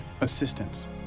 assistance